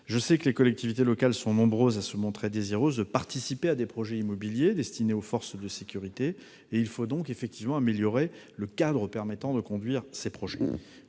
immobilier, les collectivités locales sont nombreuses à se montrer désireuses de participer à des projets immobiliers destinés aux forces de sécurité. Il faut donc améliorer le cadre permettant de conduire ces projets.